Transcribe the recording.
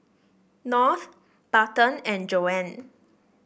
North Barton and Joann